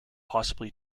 possibly